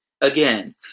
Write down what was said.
Again